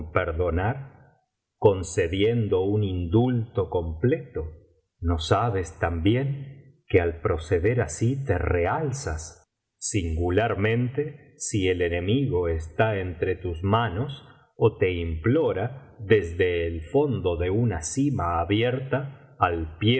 perdonar concediendo un indulto completo no sabes también que al proceder asi te realzas singularmente si el enemigo está entre tus manos ó te implora desde el fondo de tina sima abierta al pie